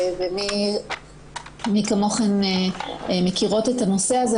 ומי כמוכן מכירות את הנושא הזה,